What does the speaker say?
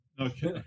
Okay